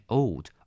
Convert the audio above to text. old